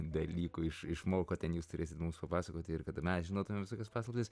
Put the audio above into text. dalykų iš išmokot ten jūs turėsit mums papasakoti ir kad mes žinotumėm visokias paslaptis